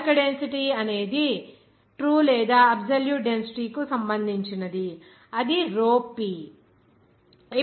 bulk density అనేది true లేదా absolute density కు సంబంధించినది అది rho p